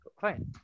Fine